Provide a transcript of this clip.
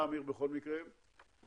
בכל מקרה תודה רבה.